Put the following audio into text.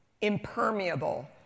impermeable